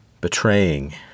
betraying